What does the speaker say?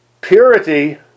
Purity